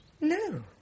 No